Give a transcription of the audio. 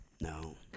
no